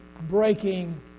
breaking